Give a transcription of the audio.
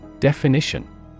Definition